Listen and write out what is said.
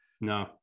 no